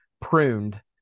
pruned